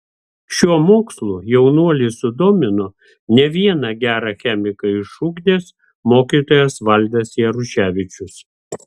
šiuo mokslu jaunuolį sudomino ne vieną gerą chemiką išugdęs mokytojas valdas jaruševičius